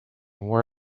wore